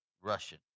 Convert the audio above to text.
Russian